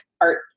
art